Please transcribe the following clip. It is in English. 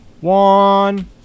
one